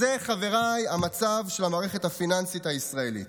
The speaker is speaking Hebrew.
זה, חבריי, המצב של המערכת הפיננסית הישראלית.